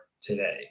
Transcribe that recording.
today